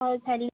हो झाली